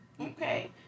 Okay